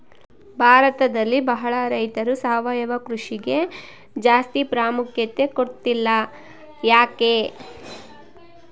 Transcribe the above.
ಭಾರತದಲ್ಲಿ ಬಹಳ ರೈತರು ಸಾವಯವ ಕೃಷಿಗೆ ಜಾಸ್ತಿ ಪ್ರಾಮುಖ್ಯತೆ ಕೊಡ್ತಿಲ್ಲ ಯಾಕೆ?